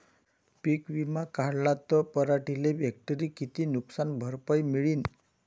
पीक विमा काढला त पराटीले हेक्टरी किती नुकसान भरपाई मिळीनं?